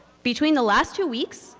between the last two weeks,